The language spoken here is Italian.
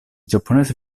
giapponesi